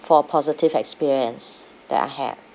for a positive experience that I had